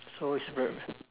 so it's very